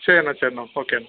சரிணா சரிணா ஓகேணா